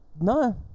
No